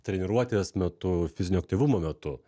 treniruotės metu fizinio aktyvumo metu